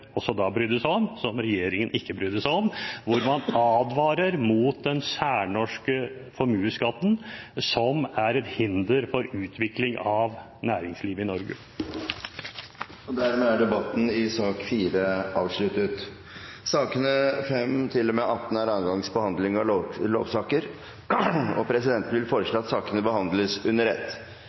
også da brydde seg om, men som regjeringen ikke brydde seg om, at man advarer mot den særnorske formuesskatten, som er et hinder for utvikling av næringslivet i Norge. Flere har ikke bedt om ordet til sak nr. 4. Sakene nr. 5–18 er andre gangs behandling av lovsaker, og presidenten vil foreslå at sakene behandles under ett.